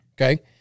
Okay